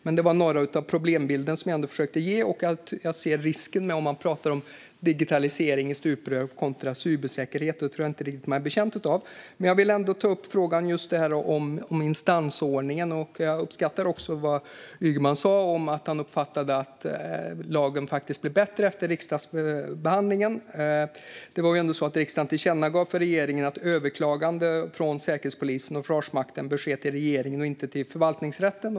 Det här är några av problembilderna jag har försökt att ge. Jag ser risken att prata om digitalisering i stuprör kontra cybersäkerhet. Det är man inte betjänt av. Jag vill ändå ta upp frågan om instansordningen. Jag uppskattar vad Ygeman sa om att han uppfattade att lagen faktiskt blev bättre efter riksdagsbehandlingen. Det var ändå så att riksdagen tillkännagav för regeringen att överklaganden från Säkerhetspolisen och Försvarsmakten bör ske till regeringen, inte till förvaltningsrätten.